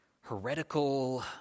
heretical